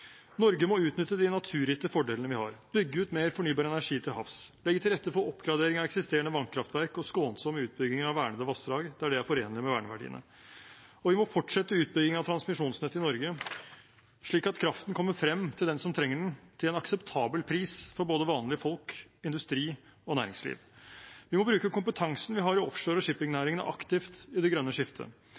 Norge må utnytte de naturgitte fordelene vi har, bygge ut mer fornybar energi til havs, legge til rette for oppgradering av eksisterende vannkraftverk og skånsomme utbygginger av vernede vassdrag der det er forenlig med verneverdiene, og vi må fortsette utbyggingen av transmisjonsnettet i Norge, slik at kraften kommer frem til dem som trenger den, til en akseptabel pris for både vanlige folk, industri og næringsliv. Vi må bruke kompetansen vi har i offshore- og shippingnæringene, aktivt i det grønne skiftet